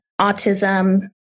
autism